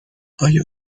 آیا